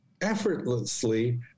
effortlessly